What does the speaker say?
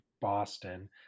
Boston